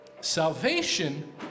salvation